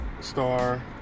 star